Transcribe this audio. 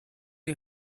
les